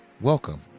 welcome